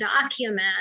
document